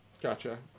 Gotcha